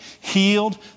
healed